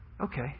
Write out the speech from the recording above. okay